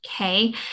Okay